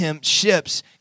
ships